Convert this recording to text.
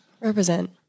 Represent